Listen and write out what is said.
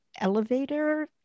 elevator